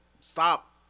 stop